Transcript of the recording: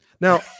Now